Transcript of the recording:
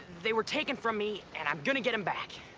they were taken from me and i'm gonna get em back.